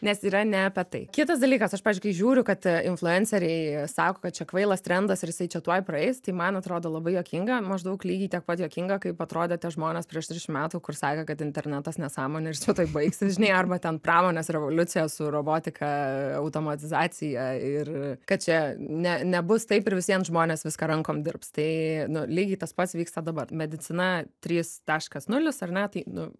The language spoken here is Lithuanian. nes yra ne apie tai kitas dalykas aš pavyzdžiui kai žiūriu kad influenceriai sako kad čia kvailas trendas ir jisai čia tuoj praeis tai man atrodo labai juokinga maždaug lygiai tiek pat juokinga kaip atrodė tie žmonės prieš trisdešimt metų kur sakė kad internetas nesąmonė ir čia tuoj baigsis žinai arba ten pramonės revoliucija su robotika automatizacija ir kad čia ne nebus taip ir visvien žmonės viską rankom dirbs tai nu lygiai tas pats vyksta dabar medicina trys taškas nulis ar ne tai nu